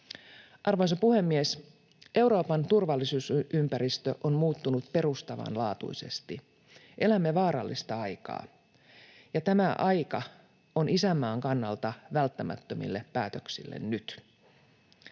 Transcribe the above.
Arvoisa puhemies! Euroopan turvallisuusympäristö on muuttunut perustavanlaatuisesti. Elämme vaarallista aikaa, ja tämä aika on isänmaan kannalta välttämättömille päätöksille nyt.